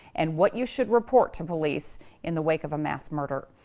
and what you should report to police in the wake of a mass murder.